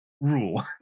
rule